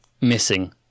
missing